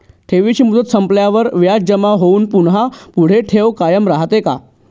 ठेवीची मुदत संपल्यावर व्याज जमा होऊन पुन्हा पुढे ठेव कायम राहते का?